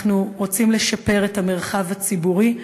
אנחנו רוצים לשפר את המרחב הציבורי,